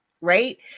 right